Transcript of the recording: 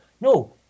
no